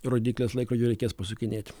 rodykles laikrodžio reikės pasukinėti